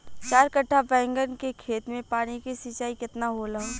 चार कट्ठा बैंगन के खेत में पानी के सिंचाई केतना होला?